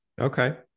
Okay